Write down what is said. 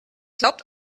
glaubt